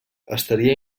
estaria